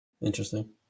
Interesting